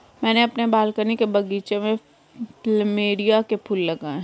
मैंने अपने बालकनी के बगीचे में प्लमेरिया के फूल लगाए हैं